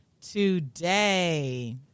today